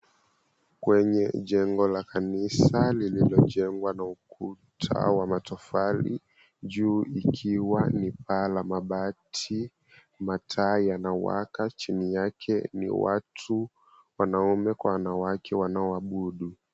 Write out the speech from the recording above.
Kwenye jengo la kanisa lililo jengwa na ukuta wa matofali, juu likiwa ni paa la mabati, mataa yanawaka chini yake ni watu wanaume kwa wanawake wanaoabudu.